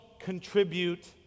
contribute